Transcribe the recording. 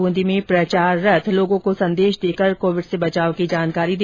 बूंदी में प्रचार रथ लोगों को संदेश देकर कोविड से बचाव की जानकारी दे रहा है